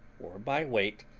or by weight,